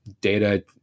data